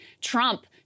Trump